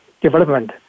development